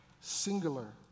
Singular